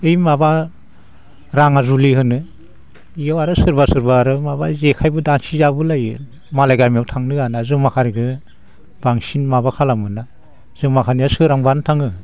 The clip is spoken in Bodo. ओय माबा राङाजुलि होनो इयाव आरो सोरबा सोरबा आरो माबा जेखाइबो दानसि जाबो लायो मालाय गामियाव थांनो होआना जमाखारिखो बांसिन माबा खालामोना जमाखानिया सोरांब्लानो थाङो